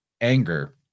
anger